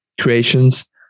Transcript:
creations